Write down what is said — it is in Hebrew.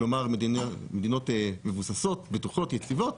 כלומר מדינות מבוססות, בטוחות, יציבות.